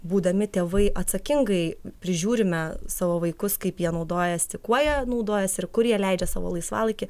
būdami tėvai atsakingai prižiūrime savo vaikus kaip jie naudojasi kuo jie naudojasi ir kur jie leidžia savo laisvalaikį